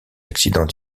accidents